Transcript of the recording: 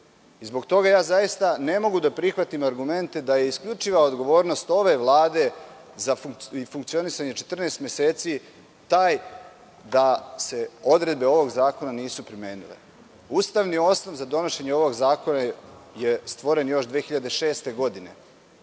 Zbog toga zaista ne mogu da prihvatim argumente da je isključiva odgovornost ove Vlade za funkcionisanje od 14 meseci taj da se odredbe ovog zakona nisu primenile. Ustavni osnov za donošenje ovog zakona je stvoren još 2006. godine,